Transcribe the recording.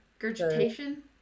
regurgitation